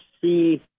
see